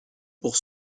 pour